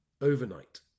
overnight